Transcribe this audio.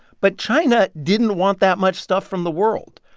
but china didn't want that much stuff from the world.